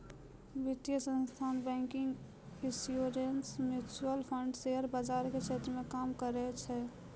वित्तीय संस्थान banking insurance mutual fund share बाजार के क्षेत्र मे काम करै छै